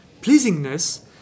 pleasingness